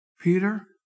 Peter